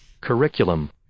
Curriculum